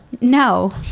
No